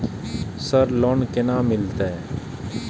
Sir loan केना मिलते?